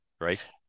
right